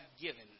given